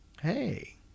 hey